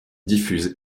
diffuse